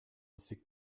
assez